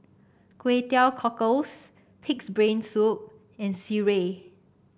Kway Teow Cockles pig's brain soup and sireh